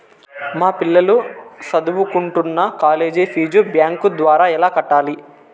మా పిల్లలు సదువుకుంటున్న కాలేజీ ఫీజు బ్యాంకు ద్వారా ఎలా కట్టాలి?